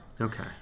Okay